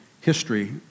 history